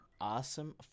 Awesome